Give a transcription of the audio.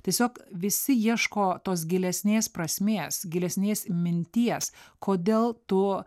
tiesiog visi ieško tos gilesnės prasmės gilesnės minties kodėl tu